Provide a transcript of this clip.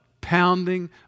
pounding